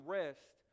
rest